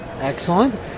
Excellent